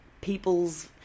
people's –